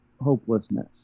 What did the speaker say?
hopelessness